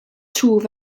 twf